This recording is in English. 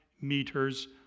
meters